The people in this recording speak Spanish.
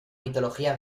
mitología